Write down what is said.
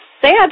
sad